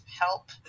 help